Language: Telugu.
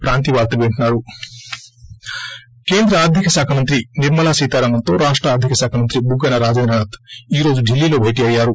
బ్రేక్ కేంద్ర ఆర్థిక శాఖ మంత్రి నిర్మల సీతారామన్తో రాష్ట ఆర్థిక శాఖ మంత్రి బుగ్గన రాజేంద్రనాథ్ ఈ రోజు ఢిల్లీ లో భేటీ అయ్యారు